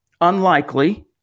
Unlikely